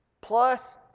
plus